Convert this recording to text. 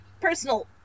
personal